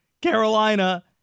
Carolina